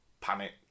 panic